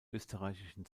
österreichischen